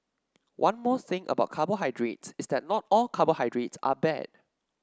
one more thing about carbohydrates is that not all carbohydrates are bad